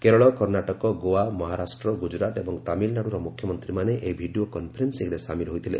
କେରଳ କର୍ଷ୍ଣାଟକ ଗୋଆ ମହାରାଷ୍ଟ୍ର ଗୁଜରାଟ ଏବଂ ତାମିଲନାଡୁର ମୁଖ୍ୟମନ୍ତ୍ରୀମାନେ ଏହି ଭିଡ଼ିଓ କନଫରେନ୍ସିଂରେ ସାମିଲ ହୋଇଥିଲେ